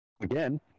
again